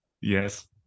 Yes